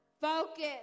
Focus